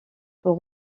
pour